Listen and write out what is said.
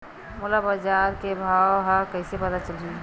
मोला बजार के भाव ह कइसे पता चलही?